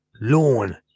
Lawn